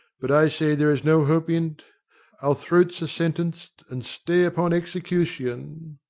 but i say there is no hope in't our throats are sentenced, and stay upon execution.